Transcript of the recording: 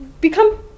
become